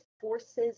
forces